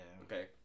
Okay